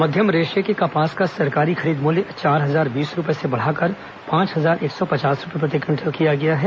मध्यम रेशे के कपास का सरकारी खरीद मूल्य चार हजार बीस रूपये से बढ़ाकर पांच हजार एक सौ पचास रूपये प्रति क्विटल कर दिया गया है